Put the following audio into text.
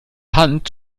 hand